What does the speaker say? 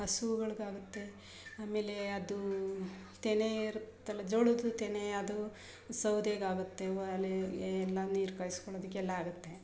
ಹಸುಗಳ್ಗ್ ಆಗುತ್ತೆ ಆಮೇಲೆ ಅದು ತೆನೆ ಇರುತ್ತಲ್ಲ ಜೋಳದ್ದು ತೆನೆ ಅದು ಸೌದೆಗಾಗುತ್ತೆ ಒಲೆ ಎಲ್ಲ ನೀರು ಕಾಯ್ಸ್ಕೊಳೋದಿಕ್ಕೆಲ್ಲ ಆಗುತ್ತೆ